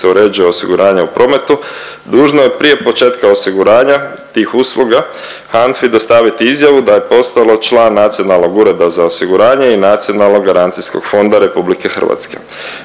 uređuje osiguranje u prometu, dužno je prije početka osiguranja tih usluga HANFA-i dostaviti izjavu da je postalo član Nacionalnog ureda za osiguranje i Nacionalnog garancijskog fonda RH.